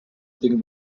tinc